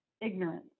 ignorance